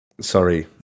Sorry